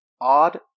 Odd